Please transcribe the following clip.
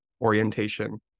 orientation